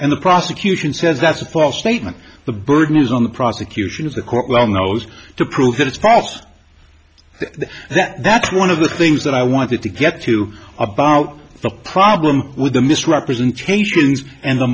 and the prosecution says that's a false statement the burden is on the prosecution of the court well knows to prove that it's process that that's one of the things that i wanted to get to about the problem with the misrepresentations and the